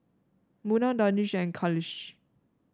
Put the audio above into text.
Munah Danish and Khalish